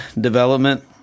development